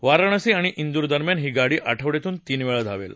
वाराणसी आणि इंदूरदरम्यान ही गाडी आठवड्यातून तीन वेळा धावेल